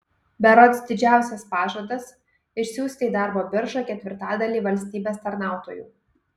berods didžiausias pažadas išsiųsti į darbo biržą ketvirtadalį valstybės tarnautojų